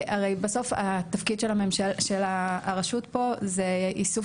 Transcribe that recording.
הרי בסוף התפקיד של הרשות פה זה איסוף